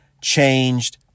changed